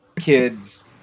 kids